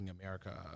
America